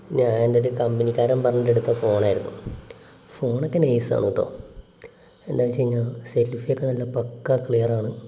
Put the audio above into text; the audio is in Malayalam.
ഞാൻ എൻ്റെയൊരു കമ്പനിക്കാരൻ പറഞ്ഞിട്ടെടുത്ത ഫോണായിരുന്നു ഫോണൊക്കെ നൈസാണ് കേട്ടോ എന്താ വച്ചു കഴിഞ്ഞാൽ സെൽഫി ഒക്കെ നല്ല പക്കാ ക്ലിയറാണ്